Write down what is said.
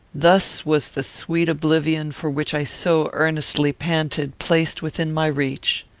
thus was the sweet oblivion for which i so earnestly panted placed within my reach.